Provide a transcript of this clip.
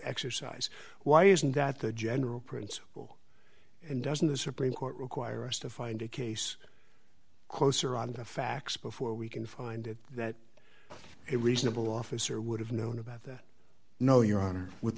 exercise why isn't that the general principle and doesn't the supreme court require us to find a case closer on to facts before we can find it that it reasonable officer would have known about this no your honor with